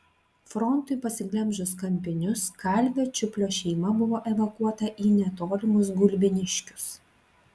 frontui pasiglemžus kampinius kalvio čiuplio šeima buvo evakuota į netolimus gulbiniškius